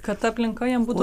kad aplinka jam būtų